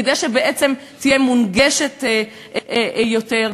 כדי שתהיה מונגשת יותר,